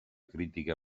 critica